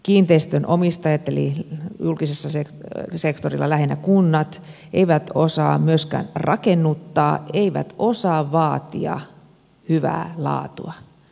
kiinteistönomistajat eli julkisella sektorilla lähinnä kunnat eivät osaa myöskään rakennuttaa eivät osaa vaatia hyvää laatua